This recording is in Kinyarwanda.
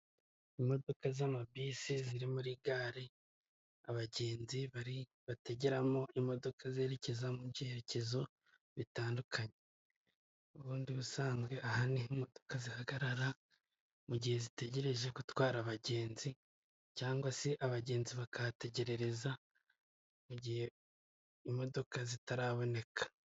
Imodoka z'amabisi, ziri muri gare, abagenzi bategeramo imodoka zerekeza mu byerekezo bitandukanye. Ubundi ubusanzwe, aha ni ho imodoka zihagarara mu gihe zitegereje gutwara abagenzi cyangwa se abagenzi bakahategerereza mu gihe imodoka zitaraboneka.